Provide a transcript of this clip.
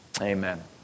Amen